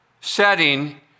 setting